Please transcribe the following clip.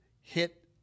hit